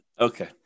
Okay